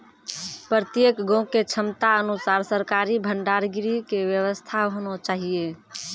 प्रत्येक गाँव के क्षमता अनुसार सरकारी भंडार गृह के व्यवस्था होना चाहिए?